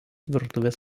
virtuvės